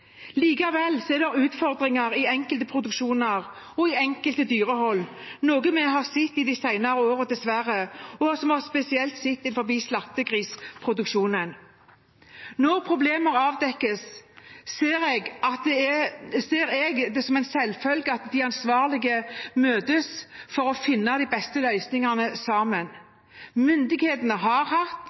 er det utfordringer i enkelte produksjoner og i enkelte dyrehold, noe vi dessverre har sett de senere årene, og som vi spesielt har sett innenfor slaktegrisproduksjonen. Når problemer avdekkes, ser jeg det som en selvfølge at de ansvarlige møtes for å finne de beste løsningene sammen. Myndighetene har hatt